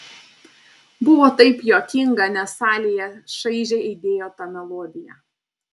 buvo taip juokinga nes salėje šaižiai aidėjo ta melodija